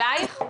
אלייך?